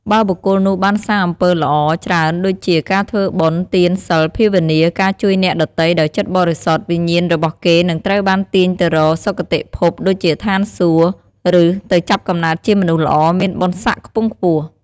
បើបុគ្គលនោះបានសាងអំពើល្អច្រើនដូចជា ការធ្វើបុណ្យ ទាន សីល ភាវនា ការជួយអ្នកដទៃដោយចិត្តបរិសុទ្ធ វិញ្ញាណរបស់គេនឹងត្រូវបានទាញទៅរក សុគតិភព ដូចជាឋានសួគ៌ ឬទៅចាប់កំណើតជាមនុស្សល្អ មានបុណ្យស័ក្តិខ្ពង់ខ្ពស់។